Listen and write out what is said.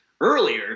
earlier